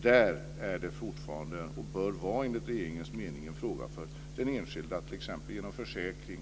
Där är det fortfarande och bör enligt regeringens mening vara en fråga för den enskilde att skydda sig t.ex. genom försäkring.